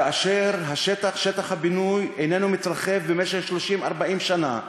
כאשר שטח הבינוי איננו מתרחב במשך 40-30 שנה,